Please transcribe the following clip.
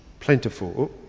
Plentiful